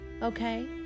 Okay